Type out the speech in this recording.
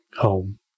home